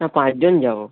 না পাঁচজন যাব